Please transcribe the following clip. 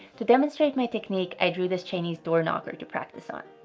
to demonstrate my technique, i drew this chinese door knocker to practice on.